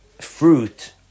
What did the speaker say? fruit